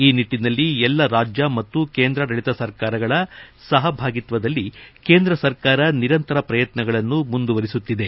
ಈ ನಿಟ್ಟನಲ್ಲಿ ಎಲ್ಲಾ ರಾಜ್ಯ ಮತ್ತು ಕೇಂದ್ರಾಡಳಿತ ಸರ್ಕಾರಗಳ ಸಹಭಾಗಿತ್ತದಲ್ಲಿ ಕೇಂದ್ರ ಸರ್ಕಾರ ನಿರಂತರ ಪ್ರಯತ್ನಗಳನ್ನು ಮುಂದುವರೆಸುತ್ತಿದೆ